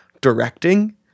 directing